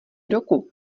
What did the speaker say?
roku